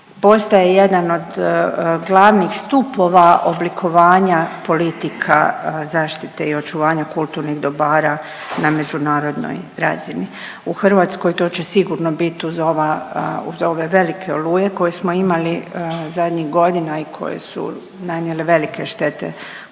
postaje jedan od glavnih stupova oblikovanja politika zaštite i očuvanja kulturnih dobara na međunarodnoj razini. U Hrvatskoj to će sigurno biti uz ova, uz ove velike oluje koje smo imali zadnjih godina i koje su nanijele velike štete kulturnim